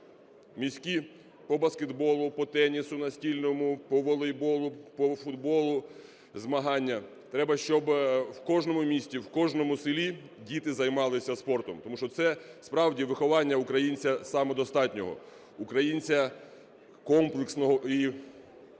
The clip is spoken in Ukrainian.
міські по баскетболу, по тенісу настільному, по волейболу, по футболу змагання. Треба, щоби в кожному місті, в кожному селі діти займалися спортом, тому що це справді виховання українця самодостатнього, українця комплексного і цілісного.